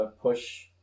push